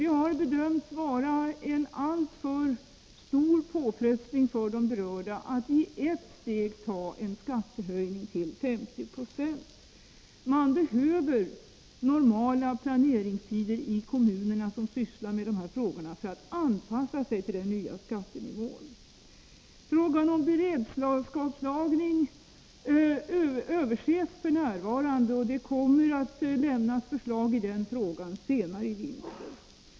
Det har bedömts vara en alltför stor påfrestning på de berörda att i ett steg ta en skattehöjning till 50 96. Man behöver normala planeringstider i de kommuner som sysslar med dessa frågor för att de skall kunna anpassa sig till den nya skattenivån. Frågan om beredskapslagring överses f. n., och det kommer att framläggas förslag i den frågan senare.